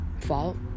fault